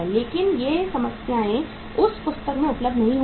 लेकिन ये समस्याएँ उस पुस्तक में उपलब्ध नहीं होंगी